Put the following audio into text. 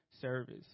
service